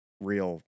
real